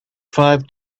five